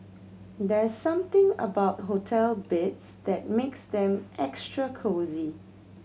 there's something about hotel beds that makes them extra cosy